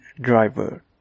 driver